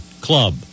Club